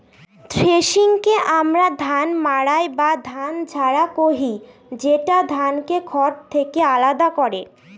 থ্রেশিংকে আমরা ধান মাড়াই বা ধান ঝাড়া কহি, যেটা ধানকে খড় থেকে আলাদা করে